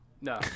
no